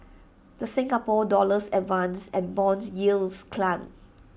the Singapore dollars advanced and Bond yields climbed